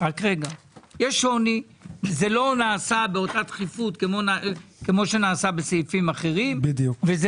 זה לא נעשה באותה תכיפות כפי שנעשה בסעיפים אחרים וזה